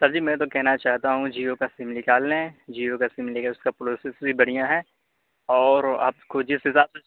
سر جی میں تو کہنا چاہتا ہوں جیو کا سم نکال لیں جیو کا سم لے لیں اس کا پروسس بھی بڑھیاں ہے اور آپ کو جس حساب سے